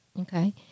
Okay